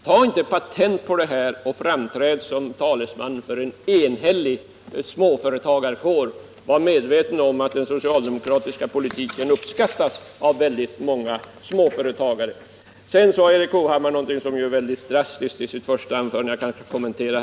Ta inte patent på det här och framträd inte som talesman för en enhällig småföretagarkår. Var medveten om att den socialdemokratiska politiken uppskattas av väldigt många småföretagare. Erik Hovhammar sade något väldigt drastiskt i sitt första anförande som jag här vill kommentera.